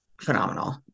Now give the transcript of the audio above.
phenomenal